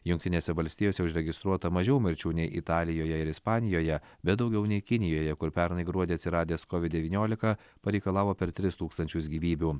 jungtinėse valstijose užregistruota mažiau mirčių nei italijoje ir ispanijoje bet daugiau nei kinijoje kur pernai gruodį atsiradęs covid devyniolika pareikalavo per tris tūkstančius gyvybių